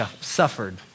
suffered